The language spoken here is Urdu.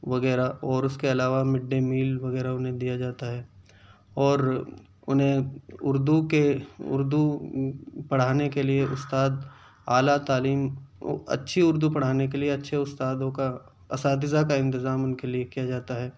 وغیرہ اور اس کے علاوہ مڈ دے میل وغیرہ انہیں دیا جاتا ہے اور انہیں اردو کے اردو پڑھانے کے لیے استاد اعلیٰ تعلیم اچھی اردو پڑھانے کے لیے اچھے استادوں کا اساتذہ کا انتظام ان کے لیے کیا جاتا ہے